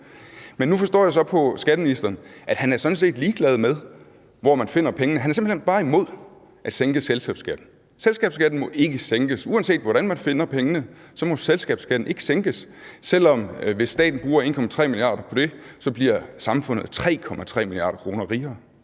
Men nu forstår jeg så på skatteministeren, at han sådan set er ligeglad med, hvor man finder pengene; han er simpelt hen bare imod at sænke selskabsskatten – selskabsskatten må ikke sænkes. Uanset hvordan man finder pengene, må selskabsskatten ikke sænkes, til trods for at hvis staten bruger 1,3 mia. kr. på det, så bliver samfundet 3,3 mia. kr. rigere.